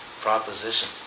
proposition